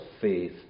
faith